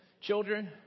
children